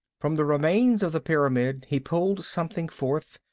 from the remains of the pyramid he pulled something forth,